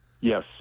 Yes